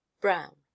Brown